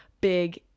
big